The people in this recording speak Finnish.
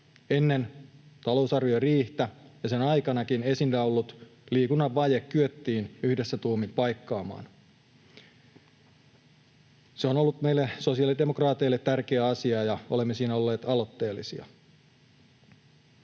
ennen talousarvioriihtä ja sen aikanakin esillä ollut liikunnan rahoitusvaje kyettiin yhdessä tuumin paikkaamaan. Se on ollut meille sosiaalidemokraateille tärkeä asia, ja olemme siinä olleet aloitteellisia.